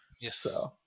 Yes